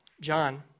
John